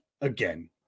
again